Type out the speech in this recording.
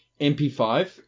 MP5